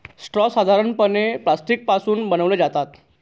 straw साधारणपणे plastic पासून बनवले जातात